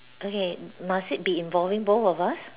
okay must it be involving both of us